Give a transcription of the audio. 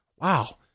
Wow